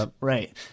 Right